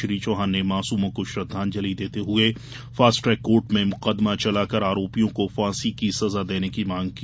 श्री चौहान ने मासूमों को श्रद्वांजलि देते हए फास्ट ट्रैक कोर्ट में मुकदमा चलाकर आरोपियों को फांसी की सजा देने की मांग की